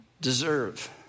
deserve